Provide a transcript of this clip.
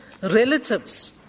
relatives